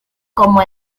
como